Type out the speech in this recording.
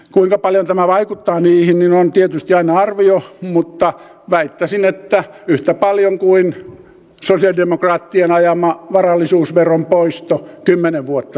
kuinka paljon tämä vaikuttaa niihin on tietysti aina arvio mutta väittäisin että yhtä paljon kuin sosialidemokraattien ajama varallisuusveron poisto kymmenen vuotta sitten